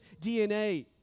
DNA